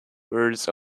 words